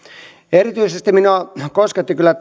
erityisesti minua koskettivat kyllä